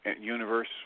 universe